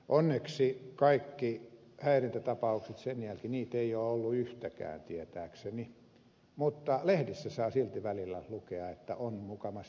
onneksi sen jälkeen häirintätapauksia ei ole ollut yhtäkään tietääkseni mutta lehdistä saa silti välillä lukea että on mukamas jotain ollut